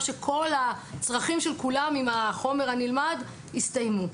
שכל הצרכים של כולם עם החומר הנלמד הסתיימו.